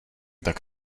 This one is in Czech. tak